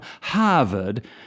Harvard